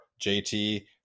JT